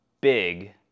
big